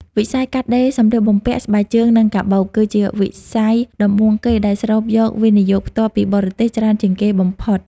វិស័យកាត់ដេរ សម្លៀកបំពាក់ ស្បែកជើង និងកាបូប គឺជាវិស័យដំបូងគេដែលស្រូបយក វិនិយោគផ្ទាល់ពីបរទេស ច្រើនជាងគេបំផុត។